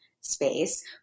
space